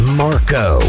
marco